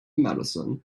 marathon